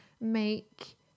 make